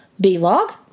B-Log